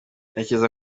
ntekereza